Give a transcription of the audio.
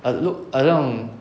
I look 好像